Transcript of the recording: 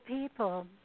people